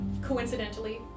coincidentally